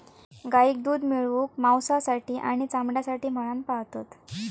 गाईक दूध मिळवूक, मांसासाठी आणि चामड्यासाठी म्हणान पाळतत